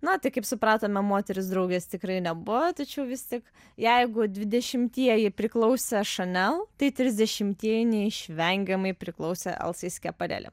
na tai kaip supratome moterys draugės tikrai nebuvo tačiau vis tik jeigu dvidešimtieji priklausė chanel tai trisdešimtieji neišvengiamai priklausė elzai skepareli